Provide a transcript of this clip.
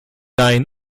dein